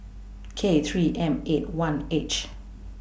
K three M eight one H